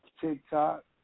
TikTok